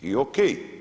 I OK.